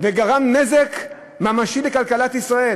וגרם נזק ממשי לכלכלת ישראל.